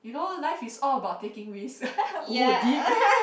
you know life is all about taking risk oh deep